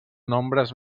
nombres